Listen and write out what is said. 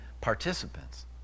participants